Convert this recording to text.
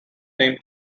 name